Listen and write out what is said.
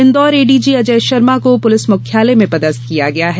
Indore ADG Ajay Sharma को police मुख्यालय में पदस्थ किया गया है